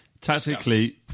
tactically